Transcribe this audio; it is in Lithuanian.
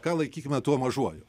ką laikysime tuo mažuoju